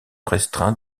restreint